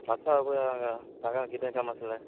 आसा हो पळय हांगा सांगा कितें काम आसलें